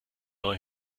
neu